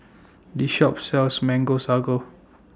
This Shop sells Mango Sago